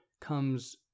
comes